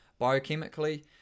Biochemically